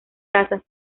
tazas